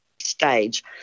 stage